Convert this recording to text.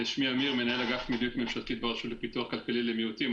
אני מנהל אגף מדיניות ממשלתית ברשות לפיתוח כלכלי למיעוטים.